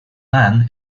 plan